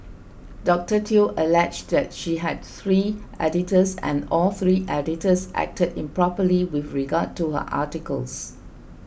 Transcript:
Doctor Teo alleged that she had three editors and all three editors acted improperly with regard to her articles